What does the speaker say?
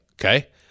okay